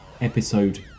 episode